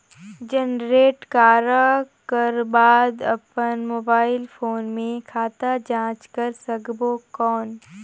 Generate करक कर बाद अपन मोबाइल फोन मे खाता जांच कर सकबो कौन?